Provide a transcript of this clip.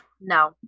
No